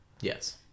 Yes